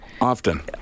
Often